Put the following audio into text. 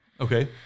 Okay